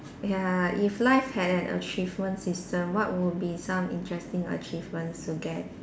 ya if life had an achievement system what would be some interesting achievements to get